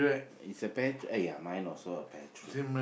is a pear eh ya mine also a pear tree